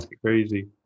crazy